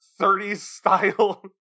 30s-style